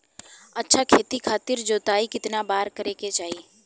अच्छा खेती खातिर जोताई कितना बार करे के चाही?